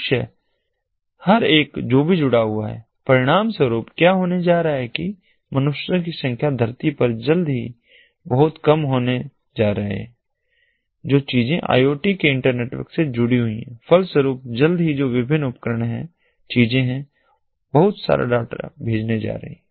मनुष्य हर एक जो भी जुड़ा हुआ है परिणाम स्वरूप क्या होने जा रहा है कि मनुष्यों की संख्या धरती पर जल्दी ही बहुत कम होने जा रहे हैं जो चीजें आई ओ टी के इंटरनेटवर्क से जुड़ी हुई हैं फल स्वरूप जल्द ही जी जो विभिन्न उपकरण है चीजें हैं बहुत सारा डाटा भेजने जा रही है